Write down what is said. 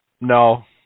No